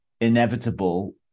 inevitable